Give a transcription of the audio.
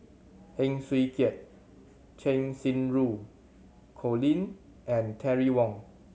Heng Swee Keat Cheng Xinru Colin and Terry Wong